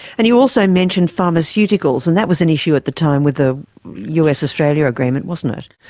and you also mentioned pharmaceuticals and that was an issue at the time with the us-australia agreement, wasn't it.